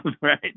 right